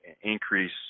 increase